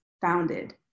founded